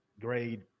grade